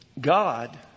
God